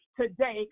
today